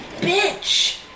bitch